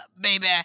baby